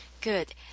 Good